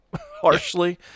harshly